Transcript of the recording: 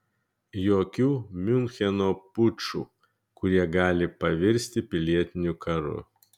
jokių miuncheno pučų kurie gali pavirsti pilietiniu karu